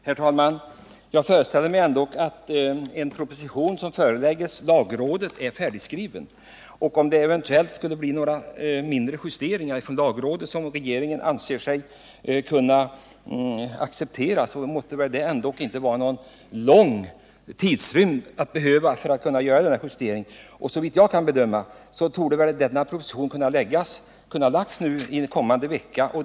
Herr talman! Jag föreställer mig att en proposition som överlämnas till 23 november 1978 lagrådet för yttrande är färdigskriven. Om lagrådet eventuellt föreslår några mindre justeringar, som regeringen anser sig kunna acceptera, måtte det väl ändå inte behövas någon lång tidrymd för att göra dessa justeringar. Såvitt jag kan bedöma borde denna proposition ha kunnat föreläggas riksdagen den kommande veckan.